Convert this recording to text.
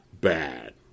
bad